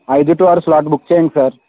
ఐదు టు ఆరు slot book చేయండి సార్